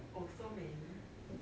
oh so many